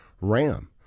Ram